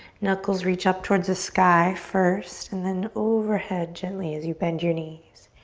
knuckles reach up towards the sky first and then overhead gently as you bend your knees.